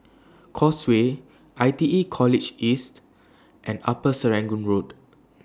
Causeway I T E College East and Upper Serangoon Road